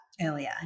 Earlier